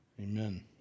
Amen